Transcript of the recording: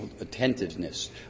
attentiveness